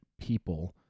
people